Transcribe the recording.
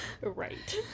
right